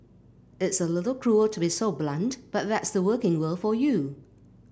it's a little cruel to be so blunt but that's the working world for you